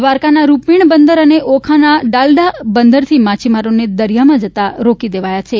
દ્વારકાના રૂપેણ બંદર અને ઓખાના ડાલડા બંદરથી માછીમારોને દરિયામાં જતા રોકી દેવાયા છે